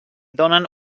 donen